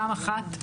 פעם אחת,